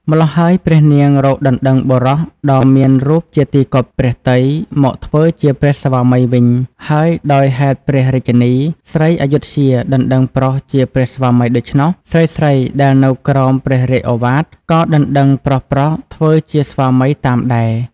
ម៉្លោះហើយព្រះនាងរកដណ្តឹងបុរសដ៏មានរូបជាទីគាប់ព្រះទ័យមកធ្វើជាព្រះស្វាមីវិញ ហើយដោយហេតុព្រះរាជិនី ស្រីអយុធ្យាដណ្តឹងប្រុសជាព្រះស្វាមីដូច្នោះ ស្រីៗដែលនៅក្រោមព្រះរាជឱវាទ ក៏ដណ្តឹងប្រុសៗធ្វើជាស្វាមីតាមដែរ។